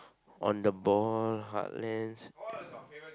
on the ball heartlands